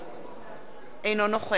אינו נוכח אורי מקלב,